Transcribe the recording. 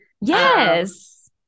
Yes